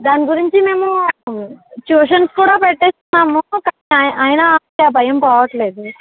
దాని గురించి మేము ట్యూషన్స్ కూడా పెట్టిస్తున్నాము కానీ అయిన ఆ భయం పోవట్లేదు